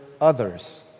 others